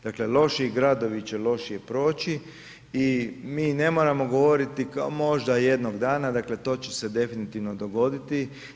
Dakle lošiji gradovi će lošije proći i mi ne moramo govoriti kao možda jednog dana, dakle to će se definitivno dogoditi.